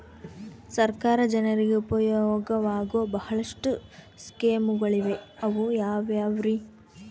ಸರ್ಕಾರ ಜನರಿಗೆ ಉಪಯೋಗವಾಗೋ ಬಹಳಷ್ಟು ಸ್ಕೇಮುಗಳಿವೆ ಅವು ಯಾವ್ಯಾವ್ರಿ?